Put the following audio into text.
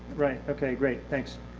right, okay, great. thanks.